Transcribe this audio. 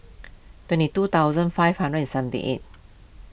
twenty two thousand five hundred and seventy eight